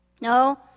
No